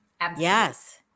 yes